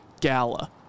gala